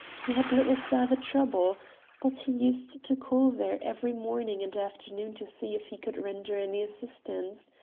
he had little further trouble but he used to call there every morning and afternoon to see if he could render any assistance.